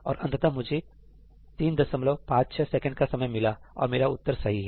और अंततः मुझे 356 सेकंड का समय मिला और मेरा उत्तर सही है